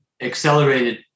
accelerated